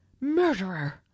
murderer